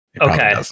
Okay